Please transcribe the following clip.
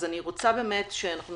אז אני רוצה שנספיק